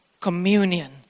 communion